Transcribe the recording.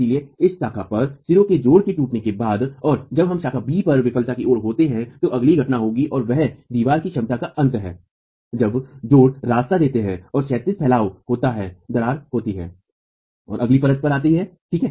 इसलिए इस शाखा पर सिरों के जोड़ों के टूटने के बाद और जब हम शाखा b पर विफलता की ओर होते हैं तो अगली घटना होगी और वह दीवार की क्षमता का अंत है जब जोड़ रास्ता देता है और क्षैतिज फैलाव होता है दरार होती है और अगली परत पर आती है ठीक